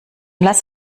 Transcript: lass